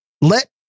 let